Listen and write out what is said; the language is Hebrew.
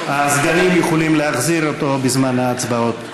הסגנים יכולים להחזיר אותו לפעילות בזמן ההצבעות.